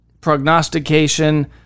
prognostication